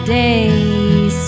days